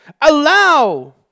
allow